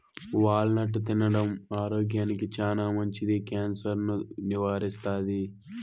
wall నట్ తినడం ఆరోగ్యానికి చానా మంచిది, క్యాన్సర్ ను నివారిస్తాది